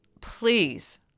please